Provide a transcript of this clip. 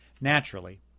Naturally